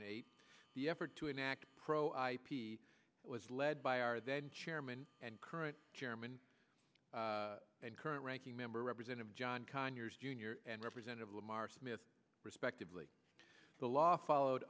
and eight the effort to enact pro ip was led by our then chairman and current chairman and current ranking member representative john conyers jr and representative lamar smith respectively the law followed